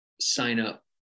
sign-up